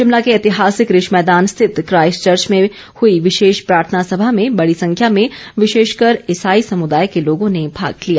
शिमला के ऐतिहासिक रिज मैदान स्थित क्राईस्ट चर्च में हुई विशेष प्रार्थना सभा में बड़ी संख्या में विशेषकर ईसाई समुदाय के लोगों ने भाग लिया